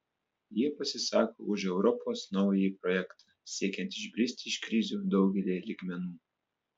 jie pasisako už europos naująjį projektą siekiant išbristi iš krizių daugelyje lygmenų